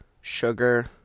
Sugar